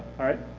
alright.